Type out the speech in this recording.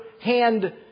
hand